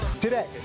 today